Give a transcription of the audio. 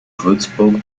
würzburg